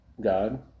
God